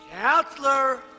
Counselor